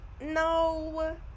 No